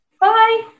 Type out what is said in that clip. Bye